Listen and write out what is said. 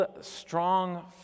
strong